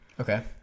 Okay